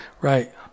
Right